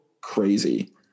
Crazy